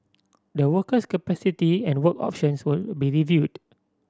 the worker's capacity and work options will be reviewed